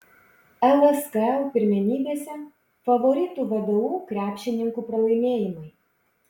lskl pirmenybėse favoritų vdu krepšininkų pralaimėjimai